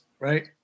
right